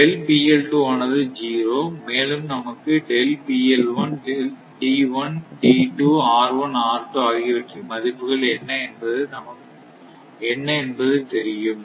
ஆனது 0 மேலும் நமக்கு ஆகியவற்றின் மதிப்புகள் என்ன என்பது நமக்குத் தெரியும்